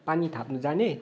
पानी थाप्न जाने